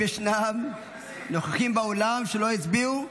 האם ישנם נוכחים באולם שלא הצביעו?